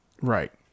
Right